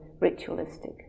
ritualistic